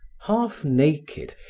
half naked,